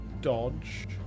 dodge